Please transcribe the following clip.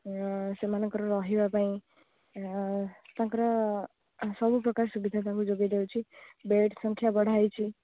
ସେମାନଙ୍କର ରହିବା ପାଇଁ ତାଙ୍କର ସବୁପ୍ରକାର ସୁବିଧା ତାଙ୍କୁ ଯୋଗେଇ ଦେଉଛି ବେଡ଼୍ ସଂଖ୍ୟା ବଢ଼ା ହେଇଛି